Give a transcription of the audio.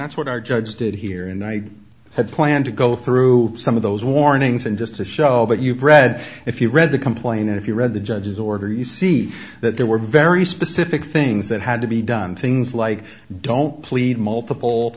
that's what our judge did here and i had planned to go through some of those warnings and just to show that you've read if you read the complaint if you read the judge's order you see that there were very specific things that had to be done things like don't plead multiple